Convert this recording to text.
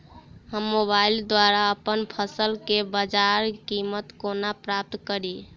हम मोबाइल द्वारा अप्पन फसल केँ बजार कीमत कोना प्राप्त कड़ी?